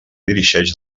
dirigeix